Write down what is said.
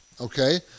okay